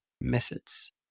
methods